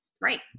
Right